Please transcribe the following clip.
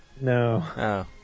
No